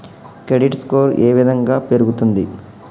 Credit score ఏ విధంగా పెరుగుతుంది?